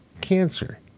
cancer